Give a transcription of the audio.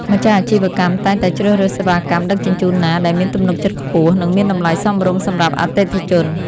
ម្ចាស់អាជីវកម្មតែងតែជ្រើសរើសសេវាកម្មដឹកជញ្ជូនណាដែលមានទំនុកចិត្តខ្ពស់ និងមានតម្លៃសមរម្យសម្រាប់អតិថិជន។